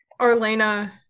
Arlena